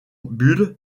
bull